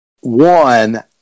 one